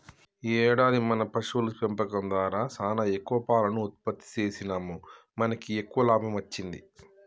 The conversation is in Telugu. ఈ ఏడాది మన పశువుల పెంపకం దారా సానా ఎక్కువ పాలను ఉత్పత్తి సేసినాముమనకి ఎక్కువ లాభం అచ్చింది